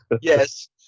Yes